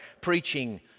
preaching